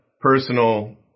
personal